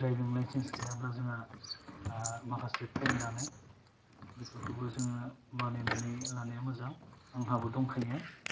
driving licence गैयाब्ला जोंहा आह माखासे फाइन दानो बेफोरखौबो जोङो बानायनानै लानाया मोजां आंहाबो दंखायो